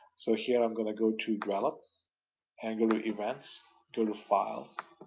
so here i'm going to go to develop and go to events, go to file,